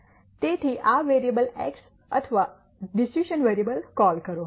તેથી આ variable x અથવા ડિસિશ઼ન વેરીઅબલ કોલ કરો